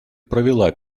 провела